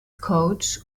coach